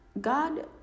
God